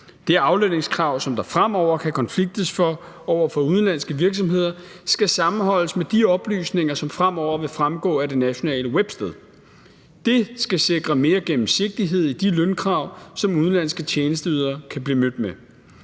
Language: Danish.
Det aflønningskrav, som der fremover kan konfliktes for over for udenlandske virksomheder, skal sammenholdes med de oplysninger, som fremover vil fremgå af det nationale websted. Det skal sikre mere gennemsigtighed i de lønkrav, som udenlandske tjenesteydere kan blive mødt med.